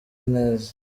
neza